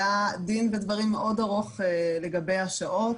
היה דין ודברים מאוד ארוך לגבי השעות.